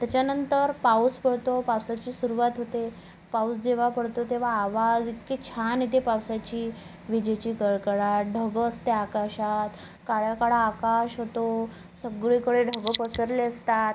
त्याच्यानंतर पाऊस पडतो पावसाची सुरूवात होते पाऊस जेव्हा पडतो तेव्हा आवाज इतके छान येते पावसाची विजेची कडकडाट ढग असते आकाशात काळ्याकाळं आकाश होतो सगळीकडे ढग पसरले असतात